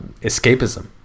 escapism